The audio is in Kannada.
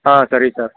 ಹಾಂ ಸರಿ ಸರ್